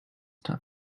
tough